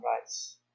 rights